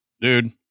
dude